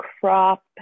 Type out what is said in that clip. crop